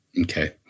Okay